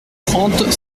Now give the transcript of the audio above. trente